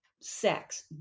sex